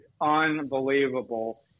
unbelievable